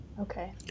Okay